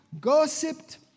gossiped